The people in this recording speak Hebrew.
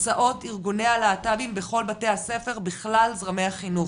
הרצאות ארגוני הלהט"בים בכל בתי הספר בכלל זרמי החינוך.